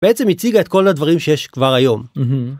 בעצם היא הציגה את כל הדברים שיש כבר היום.